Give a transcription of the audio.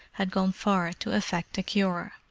had gone far to effect a cure.